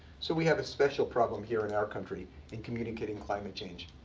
so we have a special problem here in our country in communicating climate change.